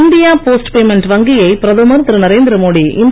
India post payment வங்கியை பிரதமர் திரு நரேந்திரமோடி இன்று